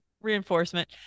reinforcement